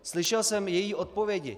Slyšel jsem její odpovědi.